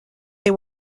they